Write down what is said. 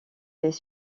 les